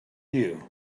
you